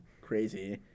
crazy